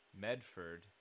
Medford